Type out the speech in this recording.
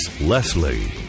Leslie